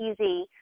easy